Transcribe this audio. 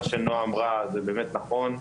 מה שנועה אמרה, זה נכון.